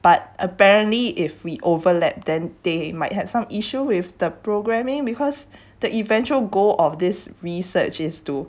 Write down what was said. but apparently if we overlap then they might have some issue with the programming because the eventual goal of this research is to